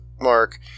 mark